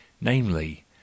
namely